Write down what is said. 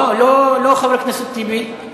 לא חבר הכנסת טיבי.